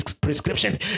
prescription